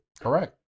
Correct